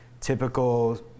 typical